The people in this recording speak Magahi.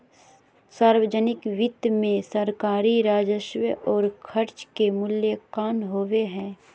सावर्जनिक वित्त मे सरकारी राजस्व और खर्च के मूल्यांकन होवो हय